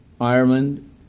Ireland